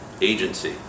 agency